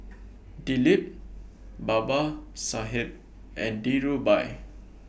Dilip Babasaheb and Dhirubhai